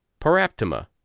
Paraptima